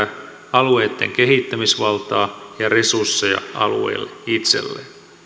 alueitten kehittämisvaltaa ja resursseja alueille itselleen